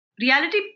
Reality